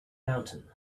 mountain